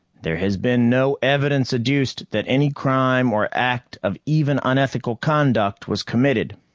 there has been no evidence adduced that any crime or act of even unethical conduct was committed.